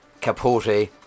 Capote